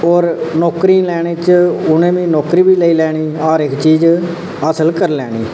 नौकरी लैने च उ'नें नौकरी बी लेई लैनी हर इक चीज़ हासल करी लैनी